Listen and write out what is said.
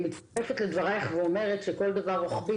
אני מצטרפת לדברייך ואומרת שכל דבר רוחבי